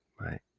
Right